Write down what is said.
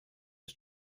his